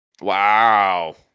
Wow